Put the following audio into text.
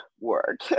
work